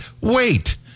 wait